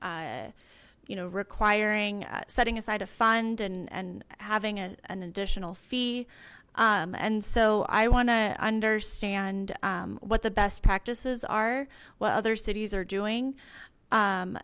a you know requiring setting aside of fund and and having an additional fee and so i want to understand what the best practices are what other cities are doing